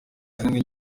izindi